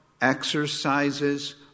exercises